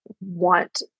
want